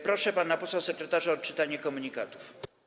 Proszę pana posła sekretarza o odczytanie komunikatów.